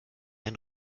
ein